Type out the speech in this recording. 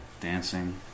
dancing